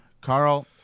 Carl